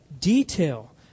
detail